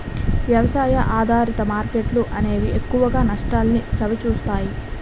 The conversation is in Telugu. వ్యవసాయ ఆధారిత మార్కెట్లు అనేవి ఎక్కువగా నష్టాల్ని చవిచూస్తాయి